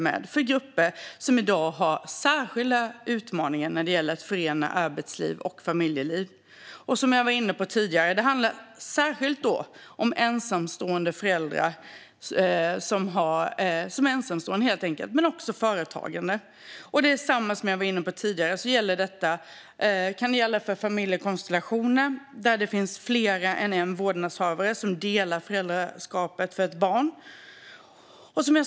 Det handlar om de grupper som i dag har särskilda utmaningar när det gäller att förena arbetsliv och familjeliv, i synnerhet ensamstående föräldrar, men också om företagande. Det kan även handla om familjekonstellationer där det finns mer än en vårdnadshavare som delar föräldraskapet för ett barn.